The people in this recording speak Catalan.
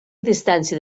distància